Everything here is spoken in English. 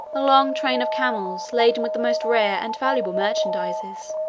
a long train of camels, laden with the most rare and valuable merchandises.